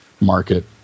market